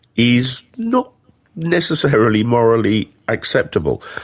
is not necessarily morally acceptable.